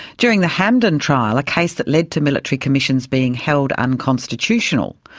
during the hamdan trial, a case that led to military commissions being held unconstitutional,